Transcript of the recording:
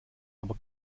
aber